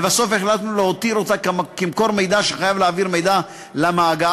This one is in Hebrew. לבסוף החלטנו להותיר אותה כמקור מידע שחייב להעביר מידע למאגר,